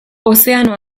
ozeano